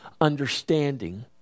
understanding